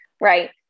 Right